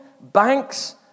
banks